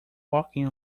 walking